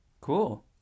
Cool